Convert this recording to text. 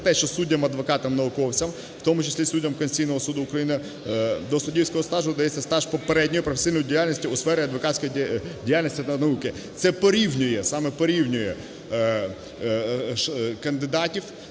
про те, що суддям, адвокатам, науковцям, в тому числі і суддям Конституційного Суду України, до суддівського стажу додається стаж попередньої професійної діяльності у сфері адвокатської діяльності та науки. Це порівнює, саме порівнює кандидатів,